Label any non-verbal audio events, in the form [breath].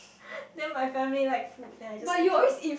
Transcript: [breath] then my family like food then I just okay